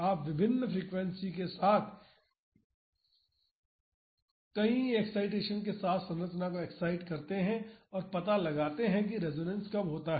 आप विभिन्न फ्रीक्वेंसी के साथ कई एक्ससाइटेसन के साथ संरचना को एक्ससाइट करते हैं और पता लगाते हैं कि रेसोनेंस कब होता है